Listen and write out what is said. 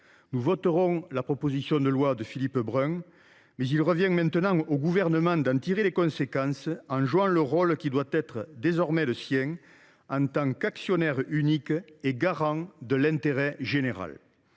Nous voterons la proposition de loi de notre collègue député Phillipe Brun ; mais il revient maintenant au Gouvernement de tirer les conséquences de ce texte, en jouant le rôle qui doit être désormais le sien en tant qu’actionnaire unique et garant de l’intérêt général.